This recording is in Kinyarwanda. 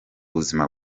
buzima